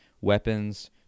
weapons